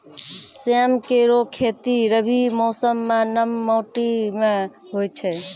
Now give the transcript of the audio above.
सेम केरो खेती रबी मौसम म नम माटी में होय छै